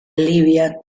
libia